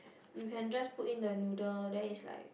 you can just put in the noodle then is like